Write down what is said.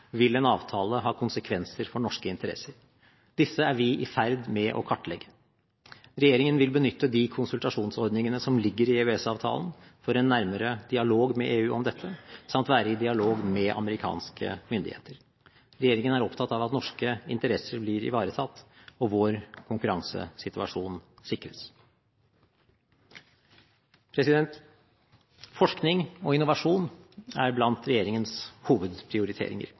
vil en avtale ha konsekvenser for norske interesser. Disse er vi i ferd med å kartlegge. Regjeringen vil benytte de konsultasjonsordningene som ligger i EØS-avtalen, for en nærmere dialog med EU om dette samt være i dialog med amerikanske myndigheter. Regjeringen er opptatt av at norske interesser blir ivaretatt, og at vår konkurransesituasjon sikres. Forskning og innovasjon er blant regjeringens hovedprioriteringer